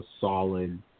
solid